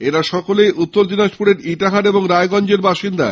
এরা সকলেই উত্তরদিনাজপুরের ইটাহার ও রায়গঞ্জের বাসিন্দা